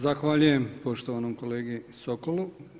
Zahvaljujem poštovanom kolegi Sokolu.